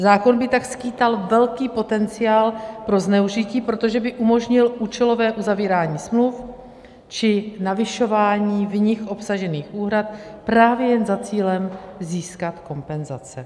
Zákon by tak skýtal velký potenciál pro zneužití, protože by umožnil účelové uzavírání smluv či navyšování v nich obsažených úhrad právě jen za cílem získat kompenzace.